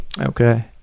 Okay